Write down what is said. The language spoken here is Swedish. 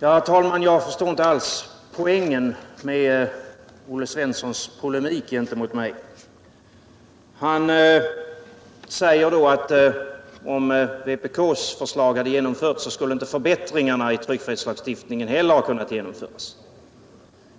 Herr talman! Jag förstår inte alls poängen med Olle Svenssons polemik mot mig. Han säger att om vpk:s förslag hade genomförts, så skulle inte förbättringarna i tryckfrihetslagstiftningen ha kunnat genomföras.